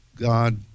God